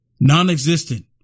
non-existent